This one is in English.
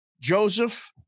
Joseph